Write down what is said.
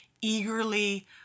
eagerly